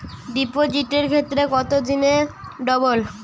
ডিপোজিটের ক্ষেত্রে কত দিনে ডবল?